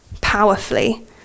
powerfully